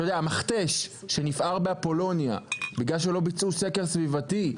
המכתש שנפער באפולוניה בגלל שלא ביצעו סקר סביבתי,